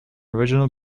original